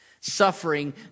Suffering